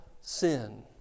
sin